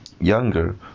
younger